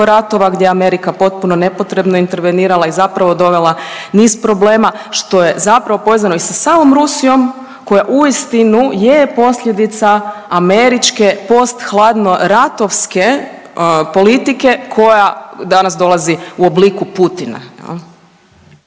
ratova gdje je Amerika potpuno nepotrebno intervenirala i zapravo dovela niz problema, što je zapravo povezano i sa samom Rusijom koja uistinu je posljedica američke posthladnoratovske politike koja danas dolazi u obliku Putina.